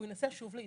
הוא ינסה שוב להתאבד,